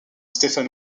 stephen